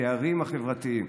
הפערים החברתיים.